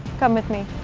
come with me.